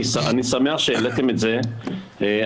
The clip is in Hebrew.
אני שמח שהעליתם את זה,